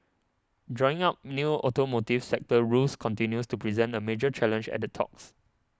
drawing up new automotive sector rules continues to present a major challenge at the talks